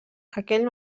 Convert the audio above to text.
aquell